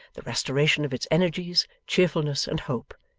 the restoration of its energies, cheerfulness, and hope.